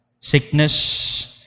sickness